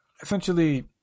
essentially